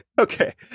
Okay